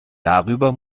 darüber